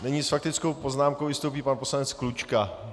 Nyní s faktickou poznámkou vystoupí pan poslanec Klučka.